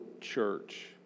church